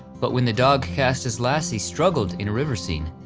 but when the dog cast as lassie struggled in river scene,